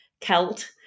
Celt